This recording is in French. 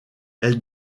elle